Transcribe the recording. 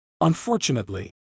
Unfortunately